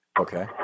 Okay